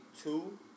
two